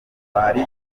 bari